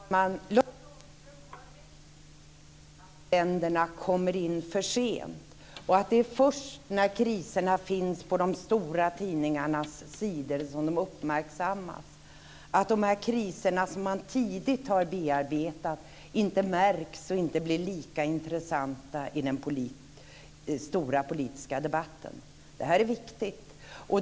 Fru talman! Lars Ångström har rätt i att länderna kommer in för sent, att det är först när kriserna finns med på de stora tidningarnas sidor som de uppmärksammas och att de kriser som man tidigt bearbetat inte märks och inte blir lika intressanta i den stora politiska debatten. Det här är viktigt.